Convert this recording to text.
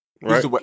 Right